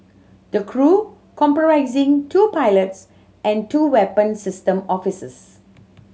the crew comprising two pilots and two weapon system officers